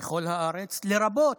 בכל הארץ, לרבות,